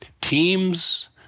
teams